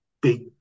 big